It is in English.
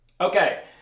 Okay